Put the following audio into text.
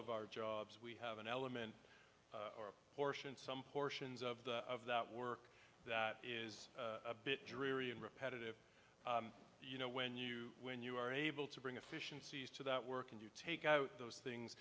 of our jobs we have an element or portion some portions of the of that work that is a bit dreary and repetitive you know when you when you are able to bring efficiencies to that work and you take out those things